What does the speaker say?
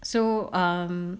so um